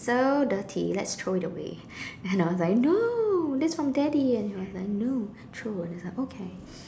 so dirty let's throw it away and I was like no that's from daddy and she was like no throw and I was like okay